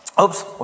Oops